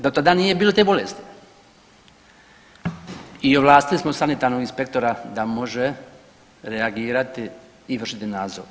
Do tada nije bilo te bolesti i ovlastili smo sanitarnog inspektora da može reagirati i vršiti nadzor.